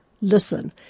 listen